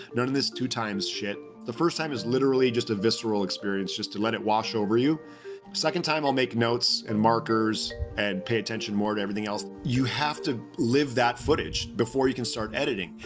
none of this two time shit. the first time is literally just a visceral experience, just to let it wash over you. the second time i'll make notes and markers and pay attention more to everything else. you have to live that footage, before you can start editing.